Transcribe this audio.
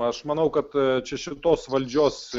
aš manau kad čia šitos valdžios